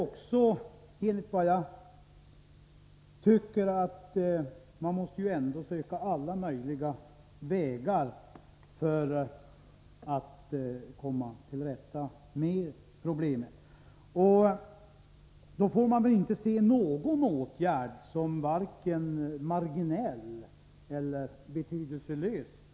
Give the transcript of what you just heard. Men man måste ändå söka alla tänkbara vägar för att komma till rätta med det, och då får man inte se någon åtgärd som vare sig marginell eller betydelselös.